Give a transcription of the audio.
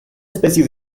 especie